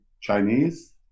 Chinese